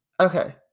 Okay